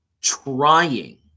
trying